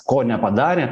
ko nepadarė